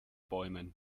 bäumen